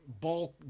bulk